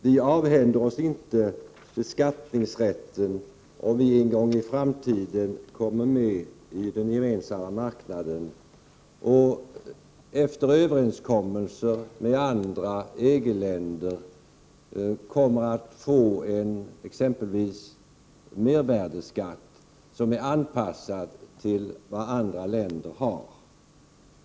Vi avhänder oss inte beskattningsrätten, om vi en gång i framtiden kommer med i den gemensamma marknaden och efter överenskommelser med andra EG-länder kommer att få exempelvis en mervärdeskatt som är anpassad till vad andra länder har.